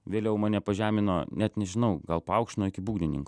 vėliau mane pažemino net nežinau gal paaukštino iki būgnininko